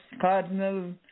Cardinal